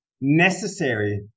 necessary